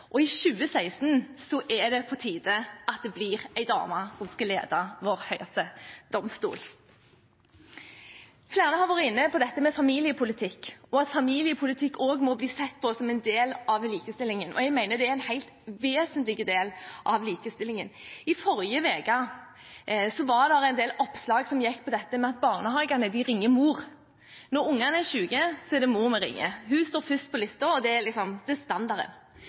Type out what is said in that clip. så er det i 2016 på tide at det blir en dame som skal lede vår høyeste domstol. Flere har vært inne på familiepolitikk, og at familiepolitikk også må bli sett på som en del av likestillingen. Jeg mener det er en helt vesentlig del av likestillingen. I forrige uke var det en del oppslag som gikk på at barnehagene ringer mor når ungene er syke. Hun står først på listen, og det er standarden. Det er ikke noe galt i å ringe mor i og for seg, for mor tar seg selvfølgelig godt av ungene, men det